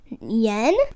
yen